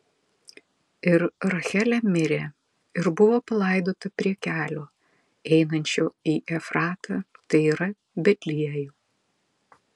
ir rachelė mirė ir buvo palaidota prie kelio einančio į efratą tai yra betliejų